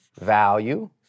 value